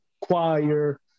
choir